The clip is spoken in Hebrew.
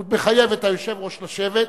הוא מחייב את היושב-ראש לשבת,